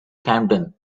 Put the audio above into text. camden